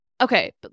Okay